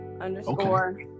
underscore